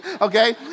okay